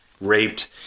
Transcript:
raped